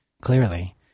clearly